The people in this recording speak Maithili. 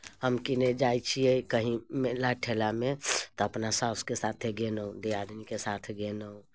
हम कीनय जाइत छियै कहीँ मेला ठेलामे तऽ अपना सासुके साथ गेलहुँ दियादनीके साथ गेलहुँ